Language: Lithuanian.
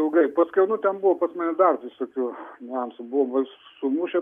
ilgai paskiau nu ten buvo pas mane dar visokių niuansų buvo sumušę